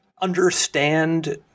understand